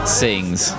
sings